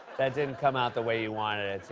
that didn't come out the way he wanted it to.